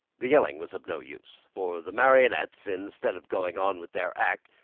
the yelling was of no use, for the marionettes, instead of going on with their act,